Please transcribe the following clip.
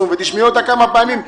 תכף אעלה את איריס שטרק בזום,